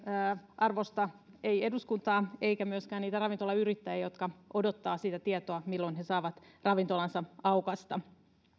arvosta eduskuntaa eikä myöskään niitä ravintolayrittäjiä jotka odottavat sitä tietoa milloin he saavat ravintolansa aukaista